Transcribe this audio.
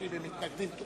רק אם הם מתנגדים תוכל.